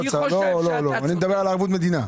לא, לא, אני מדבר על ערבות מדינה.